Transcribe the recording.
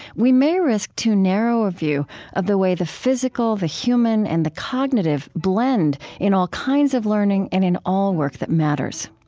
we may risk too narrow a view of the way the physical, the human, and the cognitive blend in all kinds of learning and in all work that matters.